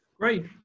Great